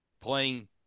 Playing